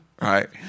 right